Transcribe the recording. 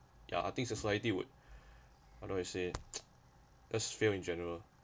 ya I think society would how do I say just fail in general